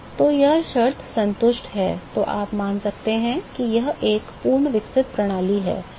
तो यह शर्त संतुष्ट है तो आप मान सकते हैं कि यह एक पूर्ण विकसित प्रणाली है